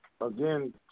again